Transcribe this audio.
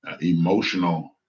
emotional